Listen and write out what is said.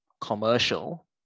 commercial